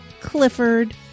Clifford